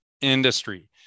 industry